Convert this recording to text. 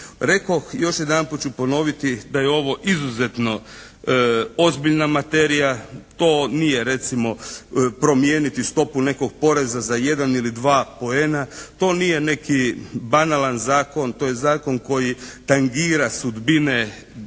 Rekoh, još jedanput ću ponoviti da je ovo izuzetno ozbiljna materija. To nije recimo promijeniti stopu nekog poreza za jedan ili dva poena. To nije neki banalan zakon. To je zakon koji tangira sudbine djece,